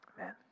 Amen